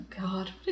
god